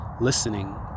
listening